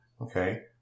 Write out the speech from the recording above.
Okay